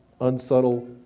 unsubtle